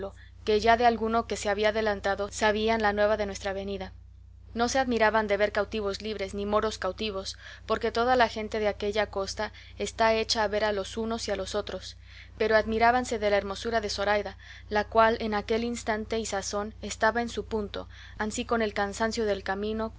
que ya de alguno que se había adelantado sabían la nueva de nuestra venida no se admiraban de ver cautivos libres ni moros cautivos porque toda la gente de aquella costa está hecha a ver a los unos y a los otros pero admirábanse de la hermosura de zoraida la cual en aquel instante y sazón estaba en su punto ansí con el cansancio del camino